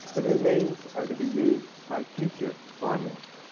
the remains are to be used by future farmers.